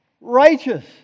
righteous